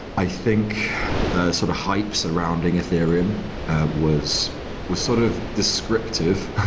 i think the sort of hype surrounding ethereum was was sort of descriptive,